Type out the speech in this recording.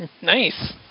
Nice